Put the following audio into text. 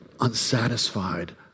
unsatisfied